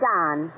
Don